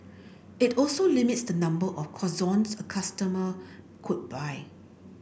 it also limits the number of croissants a customer could buy